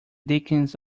dickens